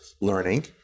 learning